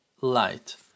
light